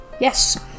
Yes